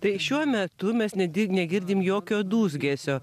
tai šiuo metu mes nedi negirdime jokio dūzgesio